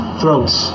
throats